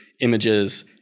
images